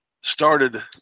started